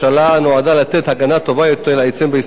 נועדה לתת הגנה טובה יותר לעצים בישראל.